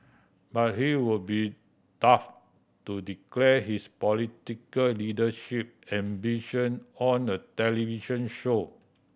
but he would be daft to declare his political leadership ambition on a television show